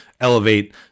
elevate